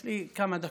יש לי כמה דקות.